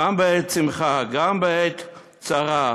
גם בעת שמחה, גם בעת צרה,